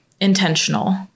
intentional